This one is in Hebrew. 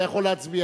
אתה יכול להצביע,